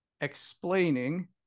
explaining